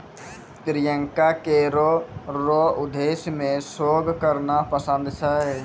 प्रियंका के करो रो उद्देश्य मे शोध करना पसंद छै